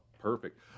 perfect